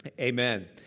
Amen